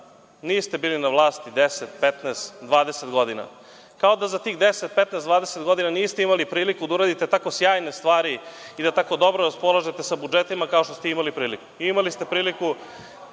niste bili na vlasti 10, 15, 20 godina. Kao da za tih 10, 15, 20 godina niste imali priliku da uradite tako sjajne stvari i da tako dobro raspolažete sa budžetima kao što ste imali priliku.